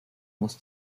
muss